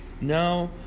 Now